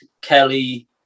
Kelly